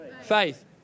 Faith